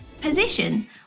position